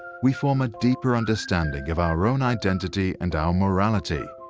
we form a deeper understanding of our own identity and our morality.